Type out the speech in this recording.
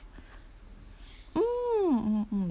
mm mm mm